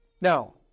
Now